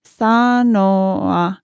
sanoa